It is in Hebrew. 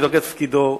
מתוקף תפקידו,